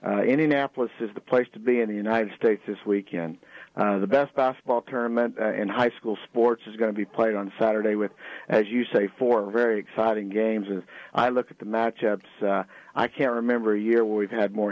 and indianapolis is the place to be in the united states this weekend one of the best basketball kerman in high school sports is going to be played on saturday with as you say for a very exciting games and i look at the matchups i can't remember a year we've had more